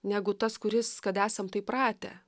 negu tas kuris kad esam taip pratę